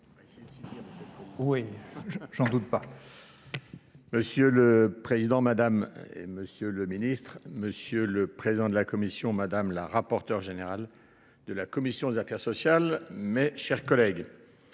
Monsieur le Président, Madame et Monsieur le Ministre, Monsieur le Président de la Commission, Madame la Rapporteure générale de la Commission des Affaires sociales, mes chers collègues,